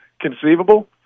conceivable